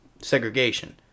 Segregation